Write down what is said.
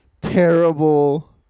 terrible